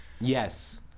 Yes